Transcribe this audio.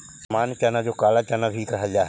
सामान्य चना जो काला चना भी कहल जा हई